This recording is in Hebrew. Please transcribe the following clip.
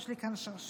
יש לי כאן שרשרת,